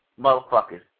motherfuckers